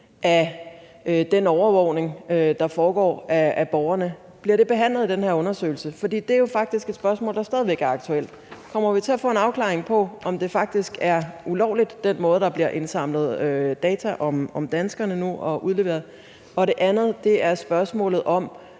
at den overvågning, der foregår af borgerne, behandlet i den her undersøgelse? For det er jo faktisk et spørgsmål, der stadig væk er aktuelt. Kommer vi til at få en afklaring på, om den måde, der bliver indsamlet og udleveret data om danskerne på,